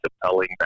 compelling